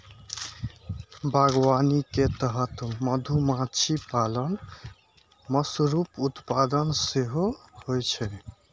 बागवानी के तहत मधुमाछी पालन, मशरूम उत्पादन सेहो होइ छै